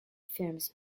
firms